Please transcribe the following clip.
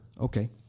okay